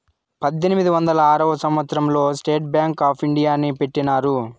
పద్దెనిమిది వందల ఆరవ సంవచ్చరం లో స్టేట్ బ్యాంక్ ఆప్ ఇండియాని పెట్టినారు